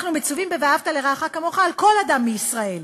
אנחנו מצווים ב"אהבת לרעך כמוך" על כל אדם מישראל.